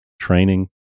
training